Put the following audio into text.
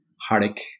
heartache